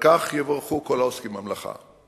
ועל כך יבורכו כל העוסקים במלאכה.